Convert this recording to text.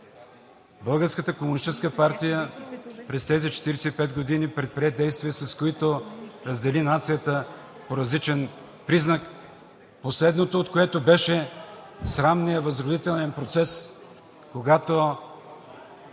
Българската комунистическа партия през тези 45 години предприе действия, с които раздели нацията по различен признак, последното, от което беше срамният възродителен процес, когато